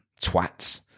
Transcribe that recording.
Twats